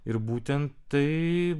ir būtent tai